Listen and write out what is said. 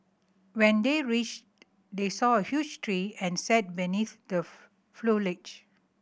when they reached they saw a huge tree and sat beneath the foliage